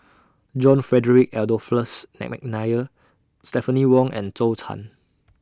John Frederick Adolphus Mcnair Stephanie Wong and Zhou Can